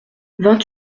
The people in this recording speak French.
vingt